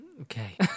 Okay